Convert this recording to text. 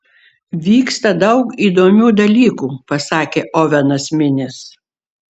vyksta daug įdomių dalykų pasakė ovenas minis